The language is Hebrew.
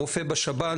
הרופא בשב"ן,